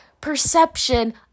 perception